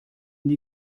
nie